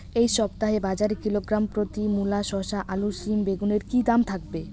এই সপ্তাহে বাজারে কিলোগ্রাম প্রতি মূলা শসা আলু সিম বেগুনের কী দাম থাকবে?